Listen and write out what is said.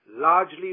largely